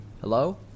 hello